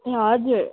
ए हजुर